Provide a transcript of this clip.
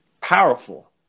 powerful